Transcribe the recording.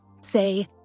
say